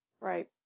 Right